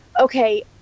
okay